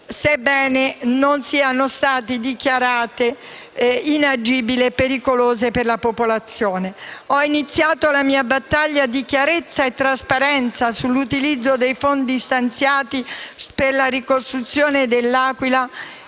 sebbene non siano state dichiarate inagibili o pericolose per la popolazione. Ho iniziato la mia battaglia di chiarezza e trasparenza sull'utilizzo dei fondi stanziati per la ricostruzione dell'Aquila